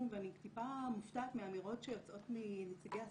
ואני טיפה מופתעת מהאמירות שיוצאות מנציגי הסגל,